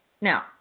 Now